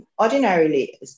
ordinarily